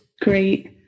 great